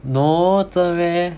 no 真的 meh